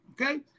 Okay